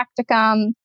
practicum